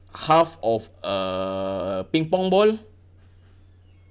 half of a ping pong ball